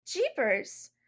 Jeepers